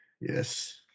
Yes